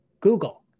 Google